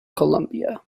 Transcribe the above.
columbia